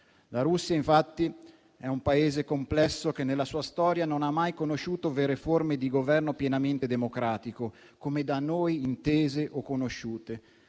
La Russia infatti è un Paese complesso, che nella sua storia non ha mai conosciuto vere forme di Governo pienamente democratico come da noi intese o conosciute.